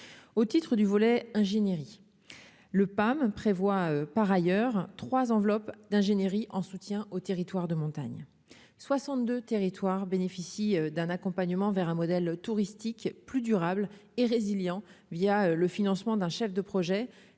au titre du volet ingénierie le PAM prévoit par ailleurs trois enveloppes d'ingénierie en soutien aux territoires de montagne 62 territoire bénéficie d'un accompagnement vers un modèle touristique plus durable est résiliant via le financement d'un chef de projet,